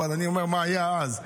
אבל אני יודע מה היה אז.